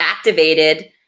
Activated